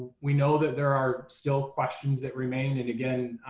we know that there are still questions that remain. and again,